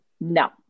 No